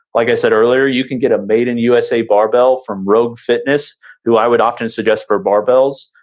like i said earlier, you can get a made in usa barbell from rogue fitness who i would often suggest for barbells.